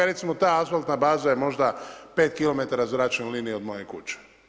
Recimo, ta asfaltna baza je možda 5 km zračne linije od moje kuće.